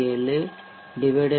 67 0